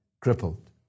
crippled